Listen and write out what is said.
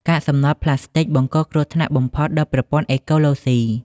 កាកសំណល់ប្លាស្ទិកបង្កគ្រោះថ្នាក់បំផុតដល់ប្រព័ន្ធអេកូឡូស៊ី។